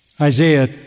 Isaiah